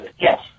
Yes